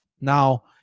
Now